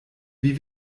wie